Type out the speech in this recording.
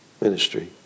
ministry